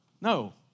No